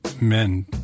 men